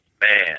man